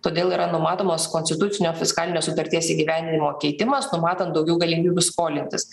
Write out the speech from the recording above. todėl yra numatomos konstitucinio fiskalinės sutarties įgyvendinimo keitimas numatant daugiau galimybių skolintis